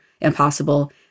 impossible